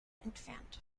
entfernt